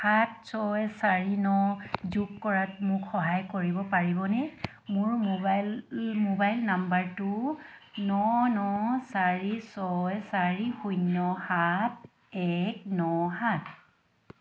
সাত ছয় চাৰি ন যোগ কৰাত মোক সহায় কৰিব পাৰিবনে মোৰ মোবাইল মোবাইল নম্বৰটো ন ন চাৰি ছয় চাৰি শূন্য সাত এক ন সাত